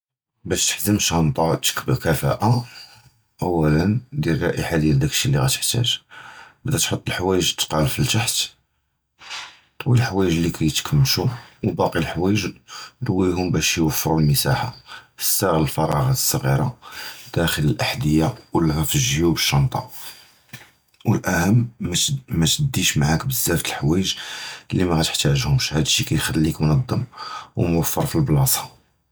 בַּשּׁ תְּחַזְם שַׁנְטַאתְכּ בְּכִפָּאא, אוּלָא דִּיר לִיסָאת דִיָּאל דָּאק אֶשִּׁי לִיַּ גַּתְּחְתַאגּ, כַּתְּחַט אֶל-חֻוַאיִּיג אֶל-תִּקַּל פִי-תַּחְתּ וְאֶל-חֻוַאיִּיג לִיּ כַּאִיתְקַמְשּׁוּ וּבָּאֲקִי אֶל-חֻוַאיִּיג, אַטְּווּיְהוּם בַּשּׁ תּוֹפַרּוּ אֶל-מַסָּاحָה. אִסְתַעְמַל אֶל-פַרַاغָּאת אֶל-סְגִּירָה פִי-דַאְל-אַחְדְיָה אוּ פִי-גִ'יּוּב אֶל-שַׁנְטָה. וְאֶל-אַכְּתַר, לָא תִּדִי מַעַךּ בְּזַבַּא דְּל-חֻוַאיִּיג לִיּ מַגַּתְּחְתַאגּוּש, הַדָּא כִּיַּכְלִּי אֶל-כַּיְנְדַמּ וּמוּפַּר פִי-אֶל-בְּלַאסָה.